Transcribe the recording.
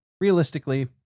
realistically